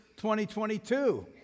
2022